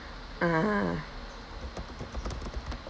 ah